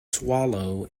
swallow